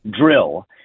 drill